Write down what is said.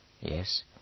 Yes